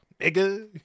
nigga